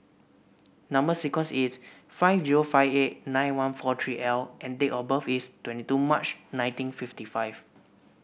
number sequence is five zero five eight nine one four three L and date of birth is twenty two March nineteen fifty five